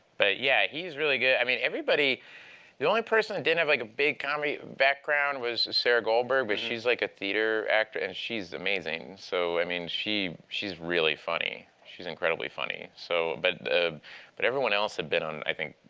but yeah, he's really good. i mean, everybody the only person who didn't have, like, a big comedy background was sarah goldberg, but she's, like, a theater actor, and she's amazing. so i mean she's really funny. she's incredibly funny. so but but everyone else had been on, i think,